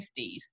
1950s